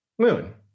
moon